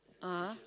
(uh huh)